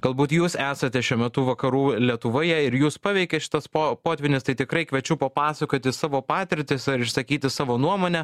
galbūt jūs esate šiuo metu vakarų lietuvoje ir jus paveikė šitas po potvynis tai tikrai kviečiu papasakoti savo patirtis ar išsakyti savo nuomonę